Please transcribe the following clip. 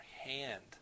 hand